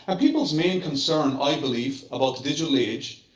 ah people's main concern, i believe, about the digital age,